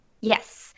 Yes